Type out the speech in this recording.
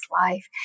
life